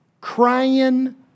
crying